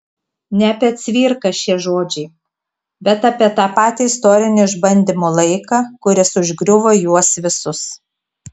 ne apie cvirką šie žodžiai bet apie tą patį istorinių išbandymų laiką kuris užgriuvo juos visus